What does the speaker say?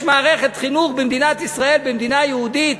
יש מערכת חינוך במדינת ישראל, במדינה יהודית.